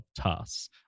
tasks